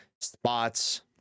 spots